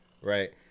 Right